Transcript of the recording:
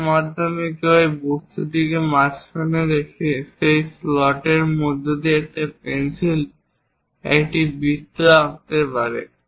যার মাধ্যমে কেউ এই বস্তুটিকে মাঝখানে রেখে এবং সেই স্লটের মধ্য দিয়ে একটি পেন্সিল রেখে একটি বৃত্ত আঁকতে পারে